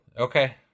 Okay